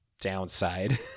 downside